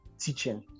teaching